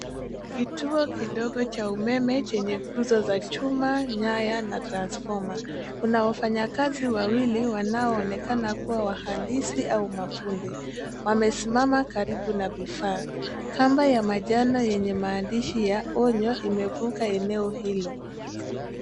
Kituo kidogo cha umeme chenye nguzo za chuma, nyaya na transformer . Kuna wafanyakazi wawili wanaonekana kuwa wahandisi au mafundi. Wamesimama karibu na vifaa. Kamba ya manjano yenye maandishi ya onyO katika imevuka eneo hilo.